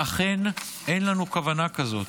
אכן, אין לנו כוונה כזאת,